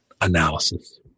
analysis